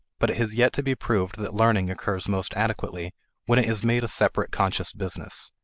but it has yet to be proved that learning occurs most adequately when it is made a separate conscious business.